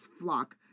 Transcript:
flock